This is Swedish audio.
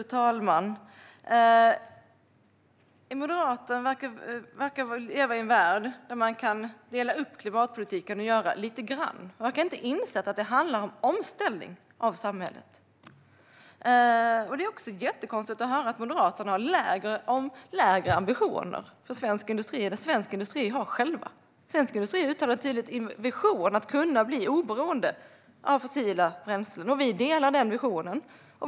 Fru talman! Moderaterna verkar leva i en värld där man kan dela upp klimatpolitiken och göra lite grann. De verkar inte ha insett att det handlar om en omställning av samhället. Det är också jättekonstigt att höra att Moderaterna har lägre ambitioner för svensk industri än vad svensk industri själv har. Svensk industri uttalar tydligt en vision om att kunna bli oberoende av fossila bränslen. Vi delar denna vision.